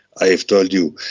i have told you,